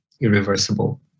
irreversible